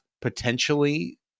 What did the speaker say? potentially